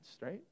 right